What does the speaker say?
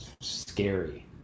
scary